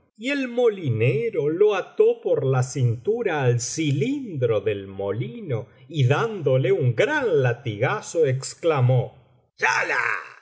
y el molinero lo ató por la cintura al cilindro del molino y dándole un v gran latigazo exclamó